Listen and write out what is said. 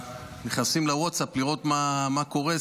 נכנסים לווטסאפ לראות מה קורה,